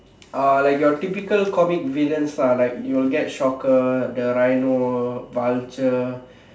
uh like your typical comic villains lah like you'll get shocker the Rhino vulture